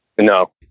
no